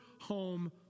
home